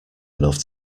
enough